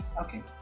okay